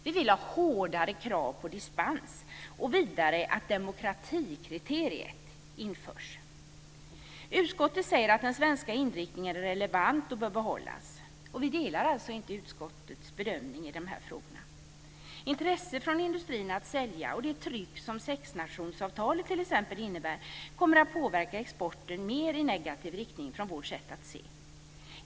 Vi vill ha hårdare krav på dispens och vidare att demokratikriteriet införs. Utskottet säger att den svenska inriktningen är relevant och bör behållas. Vi delar alltså inte utskottets bedömning i de här frågorna. Intresset från industrin att sälja och det tryck som sexnationsavtalet t.ex. innebär kommer att påverka exporten i mer negativ riktning enligt vårt sätt att se.